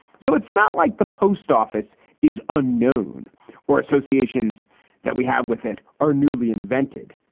so it's not like the post office is unknown or associations that we have with it are newly invented.